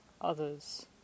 others